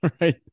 Right